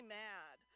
mad